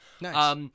Nice